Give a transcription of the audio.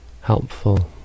helpful